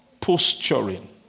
posturing